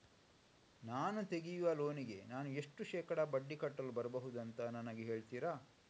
ನಾನು ತೆಗಿಯುವ ಲೋನಿಗೆ ನಾನು ಎಷ್ಟು ಶೇಕಡಾ ಬಡ್ಡಿ ಕಟ್ಟಲು ಬರ್ಬಹುದು ಅಂತ ನನಗೆ ಹೇಳ್ತೀರಾ?